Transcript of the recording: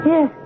Yes